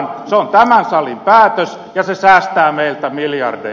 se on tämän salin päätös ja se säästää meiltä miljardeja